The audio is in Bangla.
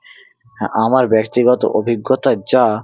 হ্যাঁ আমার ব্যক্তিগত অভিজ্ঞতায় যা